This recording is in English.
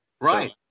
Right